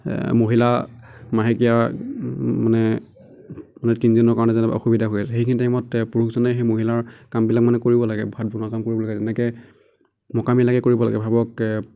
মহিলা মাহেকীয়া মানে তিনিদিনৰ কাৰণে যেনিবা অসুবিধা হৈ আছে সেইখিনি টাইমত পুৰুষজনে সেই মহিলাৰ কামবিলাক মানে কৰিব লাগে ভাত বনোৱা কাম কৰিব লাগে এনেকৈ মোকামিলাকৈ কৰিব লাগে ভাবক